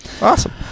Awesome